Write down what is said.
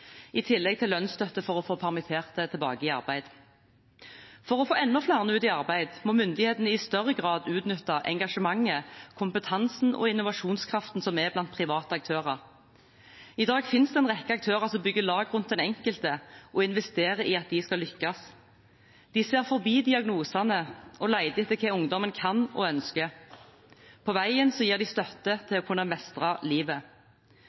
i tillegg til lønnsstøtte for å få permitterte tilbake i arbeid. For å få enda flere ut i arbeid må myndighetene i større grad utnytte engasjementet, kompetansen og innovasjonskraften som er blant private aktører. I dag fins det en rekke aktører som bygger lag rundt den enkelte og investerer i at de skal lykkes. De ser forbi diagnosene og leter etter hva ungdommen kan og ønsker. På veien gir de støtte til å kunne mestre livet.